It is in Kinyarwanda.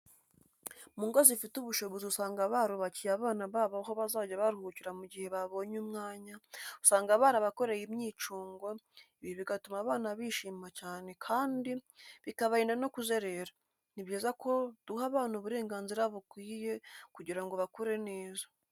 Mu ngo zifite ubushobozi usanga barubakiye abana babo aho bazajya baruhukira mu gihe babonye umwanya, usanga barabakoreye imyicungo, ibi bigatuma abana bishima cyane kandi bikabarinda no kuzerera, ni byiza ko duha abana uburenganzira bakwiye kugira ngo bakure neza.